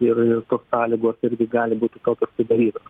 ir ir tos sąlygos irgi gali būti tokios sudarytos